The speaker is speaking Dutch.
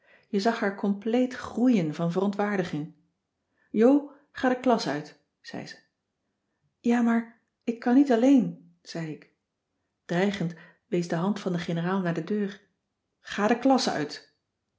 je zag haar compleet groeien van verontwaardiging jo ga de klas uit zei ze ja maar ik kan niet alleen zei ik dreigend wees de hand van de generaal naar de deur ga de klas uit